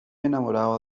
enamorado